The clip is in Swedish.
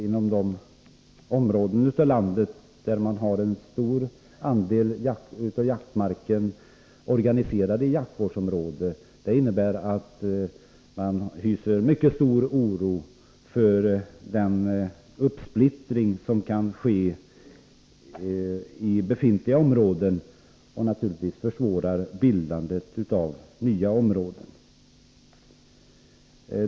Inom de områden av landet där en stor del av jaktmarken är organiserad i jaktvårdsområden hyser man mycket stor oro för att det kan ske en uppsplittring av befintliga jaktvårdsområden och naturligtvis också för att bildandet av nya sådana områden försvåras.